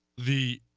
the